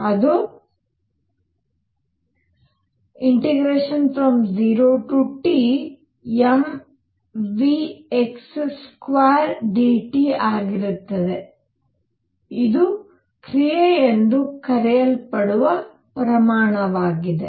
ಅದು 0 T mvx2dt ಆಗಿರುತ್ತದೆ ಇದು ಕ್ರಿಯೆ ಎಂದು ಕರೆಯಲ್ಪಡುವ ಪ್ರಮಾಣವಾಗಿದೆ